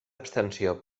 abstenció